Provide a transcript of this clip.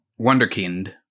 Wonderkind